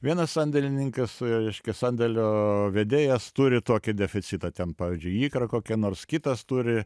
vienas sandėlininkas reiškia sandėlio vedėjas turi tokį deficitą ten pavyzdžiui ikra kokia nors kitas turi